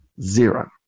Zero